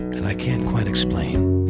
and i can't quite explain.